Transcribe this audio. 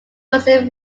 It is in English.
joseph